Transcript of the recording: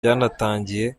byanatangiye